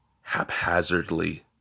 haphazardly